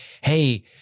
hey